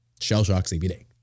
Shellshockcbd